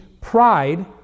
pride